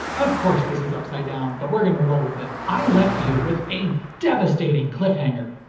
of course this is upside-down, but we're gonna roll with it. i left you with a devastating cliffhanger.